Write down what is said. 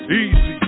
easy